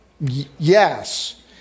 yes